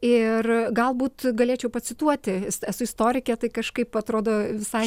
ir galbūt galėčiau pacituoti esu istorikė tai kažkaip atrodo visai